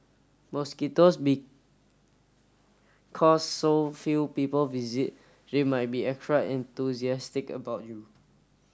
mosquitoes because so few people visit they might be extra enthusiastic about you